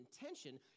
intention